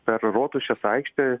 per rotušės aikštę